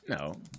No